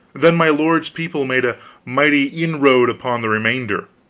then my lord's people made a mighty inroad upon the remainder